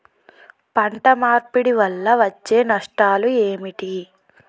పంట మార్పిడి వల్ల వచ్చే నష్టాలు ఏమిటి?